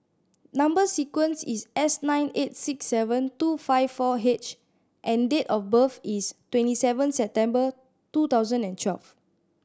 number sequence is S nine eight six seven two five four H and date of birth is twenty seven September two thousand and twelve